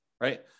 right